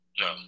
No